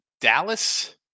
Dallas